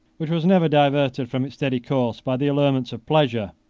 which was never diverted from its steady course by the allurements of pleasure,